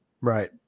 Right